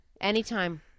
Anytime